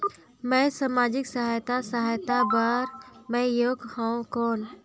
मैं समाजिक सहायता सहायता बार मैं योग हवं कौन?